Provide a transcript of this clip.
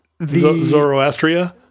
Zoroastria